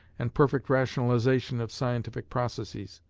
and perfect rationalization of scientific processes.